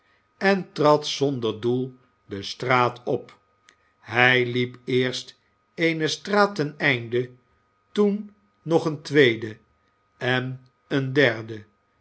en trad zonder doel de straat op hij liep eerst eene straat ten einde toen nog eene tweede en eene derde